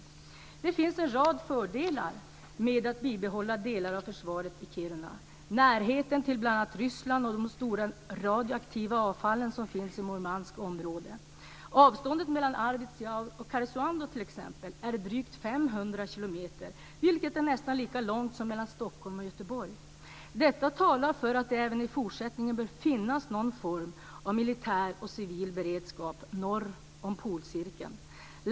Det finns en rad fördelar med att bibehålla delar av försvaret i Kiruna, bl.a. närheten till Ryssland och de stora mängderna radioaktivt avfall som finns i Karesuando är drygt 500 kilometer, vilket är nästan lika långt som mellan Stockholm och Göteborg. Detta talar för att det även i fortsättningen bör finnas någon form av militär och civil beredskap norr om Polcirkeln.